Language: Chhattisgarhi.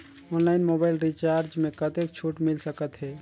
ऑनलाइन मोबाइल रिचार्ज मे कतेक छूट मिल सकत हे?